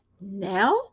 now